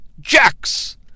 Jacks